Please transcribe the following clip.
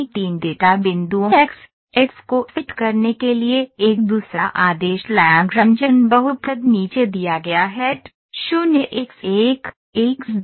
3 data बिंदुओं X X को fit करने के लिए एक दूसरा आदेश Lagrangian बहुपद नीचे दिया गया है0 एक्स1 एक्स2